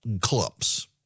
clumps